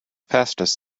fastest